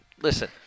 Listen